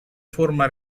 forma